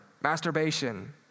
masturbation